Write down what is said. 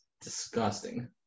disgusting